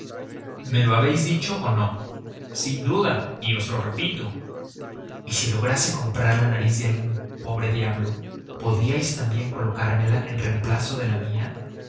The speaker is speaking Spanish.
me lo habéis dicho o no sin duda y os lo repito y si lograse comprar la nariz de algún pobre diablo podríais también colocármela en reemplazo de la mía